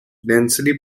densely